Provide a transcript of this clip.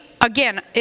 Again